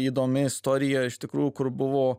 įdomi istorija iš tikrųjų kur buvo